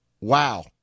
wow